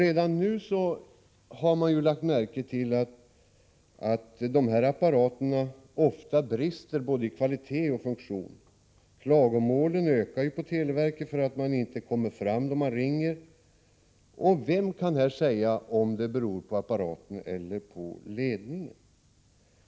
Redan nu har man ju lagt märke till att dessa apparater ofta brister både i kvalitet och funktion. Klagomålen ökar på televerket över att man inte kommer fram då man ringer. Vem kan säga om det beror på apparaten eller ledningen?